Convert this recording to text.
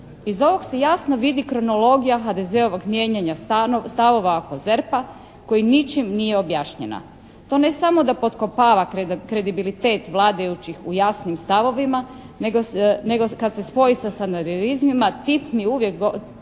Iz ovog se jasno vidi kronologija HDZ-ovog mijenjanja stavova oko ZERP-a koji ničim nije objašnjena. To ne samo da potkopava kredibilitet vladajućih u jasnim stavovima nego kad se spoji sa «sanaderizmima» tip mi uvijek,